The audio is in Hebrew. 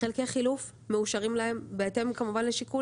חלקי חילוף מאושרים להם בהתאם כמובן לשיקול